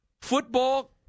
Football